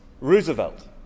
Roosevelt